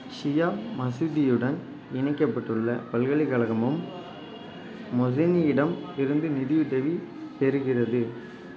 ஷியா மசூதியுடன் இணைக்கப்பட்டுள்ள பல்கலைக்கழகமும் மொசெனியிடம் இருந்து நிதியுதவி பெறுகிறது